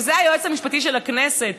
וזה היועץ המשפטי של הכנסת,